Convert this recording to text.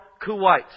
Kuwait